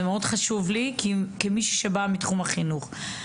מאוד חשוב לי כמישהי שבאה מתחום החינוך.